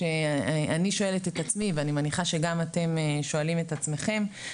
שאני שואלת את עצמי ואני מניחה שגם אתם שואלים את עצמכם,